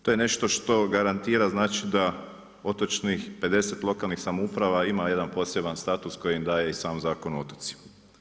To je nešto što garantira, znači da otočnih 50 lokalnih samouprava ima jedan poseban status koji im daje i sam Zakon o otocima.